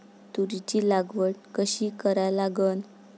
तुरीची लागवड कशी करा लागन?